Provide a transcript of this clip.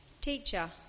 Teacher